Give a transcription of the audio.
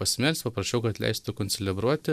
pasimelst paprašiau kad leistų koncelebruoti